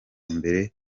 mbere